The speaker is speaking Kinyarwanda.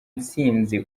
ntsinzi